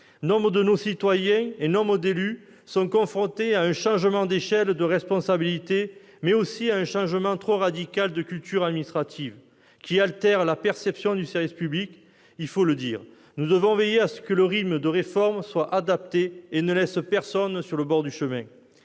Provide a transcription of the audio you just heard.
Nombre de nos concitoyens et nombre d'élus sont confrontés à un changement d'échelle de responsabilité, mais aussi à un changement trop radical de culture administrative qui altère la perception du service public, il faut le dire. Nous devons veiller à ce que le rythme de réforme soit adapté et ne laisse personne sur le bord du chemin.